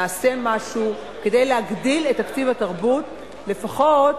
נעשה משהו כדי להגדיל את תקציב התרבות לפחות